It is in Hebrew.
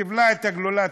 תבלע את הגלולה,